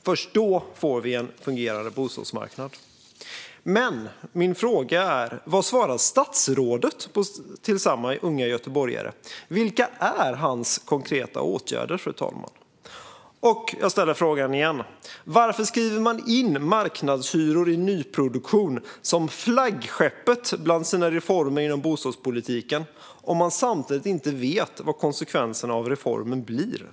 Först då kan vi få en fungerande bostadsmarknad. Vad är statsrådets svar till samma unga göteborgare? Vilka är hans konkreta åtgärder, fru talman? Jag frågar igen: Varför skriver man in marknadshyror i nyproduktion som flaggskeppet bland sina reformer inom bostadspolitiken om man inte vet vad konsekvenserna blir?